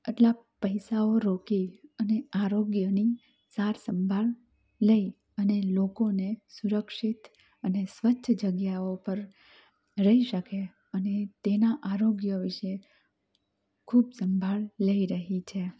અટલા પૈસાઓ રોકી અને આરોગ્યની સાર સંભાળ લઈ અને લોકોને સુરક્ષિત અને સ્વચ્છ જગ્યાઓ પર રહી શકે અને તેના આરોગ્ય વિશે ખૂબ સંભાળ લઈ રહી છે